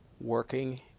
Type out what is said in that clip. working